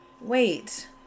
wait